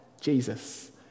Jesus